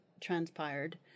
transpired